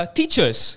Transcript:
teachers